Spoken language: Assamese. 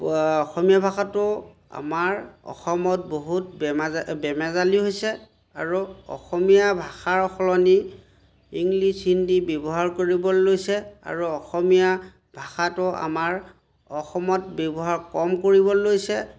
অসমীয়া ভাষাটো আমাৰ অসমত বহুত বেমা বেমেজালি হৈছে আৰু অসমীয়া ভাষাৰ সলনি ইংলিছ হিন্দী ব্যৱহাৰ কৰিবলৈ লৈছে আৰু অসমীয়া ভাষাটো আমাৰ অসমত ব্যৱহাৰ কম কৰিবলৈ লৈছে